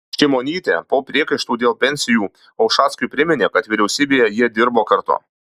šimonytė po priekaištų dėl pensijų ušackui priminė kad vyriausybėje jie dirbo kartu